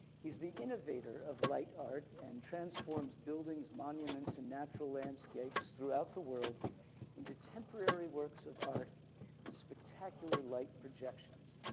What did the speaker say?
he's the innovator of light art and transforms buildings, monuments, and natural landscapes throughout the world into temporary works of art with spectacular light projections.